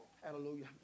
Hallelujah